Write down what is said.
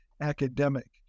academic